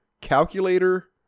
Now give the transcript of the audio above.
calculator